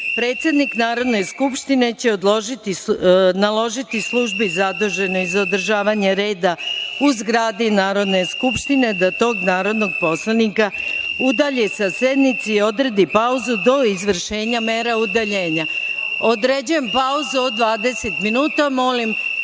predsednik Narodne skupštine će naložiti službi zaduženoj za održavanje reda u zgradi Narodne skupštine da tog narodnog poslanika udalji sa sednice i odredi pauzu do izvršenja mera udaljenja.(Narodni poslanik Boško